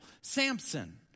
Samson